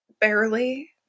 barely